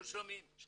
הזכירה שיש